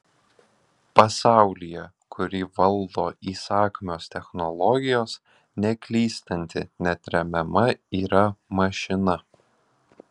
pasaulyje kurį valdo įsakmios technologijos neklystanti neatremiama yra mašina